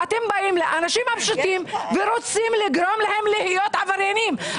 ואתם באים לאנשים הפשוטים ורוצים לגרום להם להיות עבריינים.